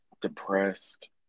depressed